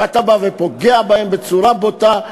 ואתה בא ופוגע בהם בצורה בוטה.